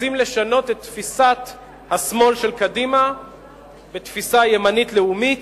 את תפיסת השמאל של קדימה בתפיסה ימנית לאומית,